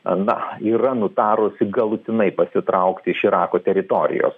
na yra nutarusi galutinai pasitraukti iš irako teritorijos